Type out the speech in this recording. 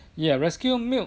yeah rescue milk